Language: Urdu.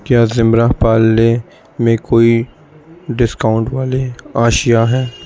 کیا زمرہ پارلے میں کوئی ڈسکاؤنٹ والے آشیا ہیں